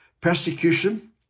persecution